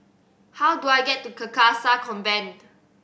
how do I get to Carcasa Convent